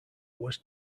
was